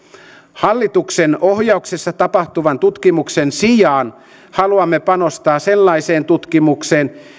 hallituksen ohjauksessa tapahtuvan tutkimuksen sijaan haluamme panostaa sellaiseen tutkimukseen